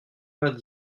vingt